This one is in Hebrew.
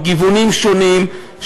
מכיוונים שונים.